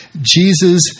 Jesus